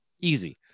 Easy